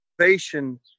salvation